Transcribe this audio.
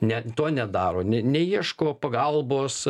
ne to nedaro ne neieško pagalbos